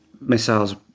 missiles